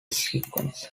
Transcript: sequence